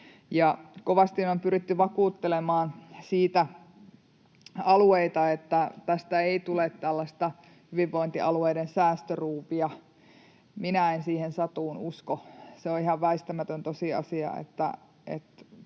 kovasti on pyritty vakuuttelemaan alueita siitä, että tästä ei tule tällaista hyvinvointialueiden säästöruuvia. Minä en siihen satuun usko. Se on ihan väistämätön tosiasia,